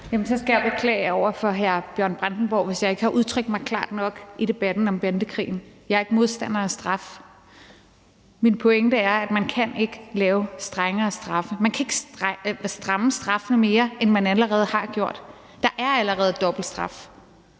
Jeg skal beklage over for hr. Bjørn Brandenborg, hvis jeg ikke har udtrykt mig klart nok i debatten om bandekrigen. Jeg er ikke modstander af straf. Min pointe er, at man ikke kan lave strengere straffe. Man kan ikke stramme straffene mere, end man allerede har gjort. Der er allerede dobbeltstraf.